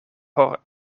por